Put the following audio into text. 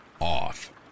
off